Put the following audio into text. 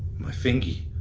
my fingee,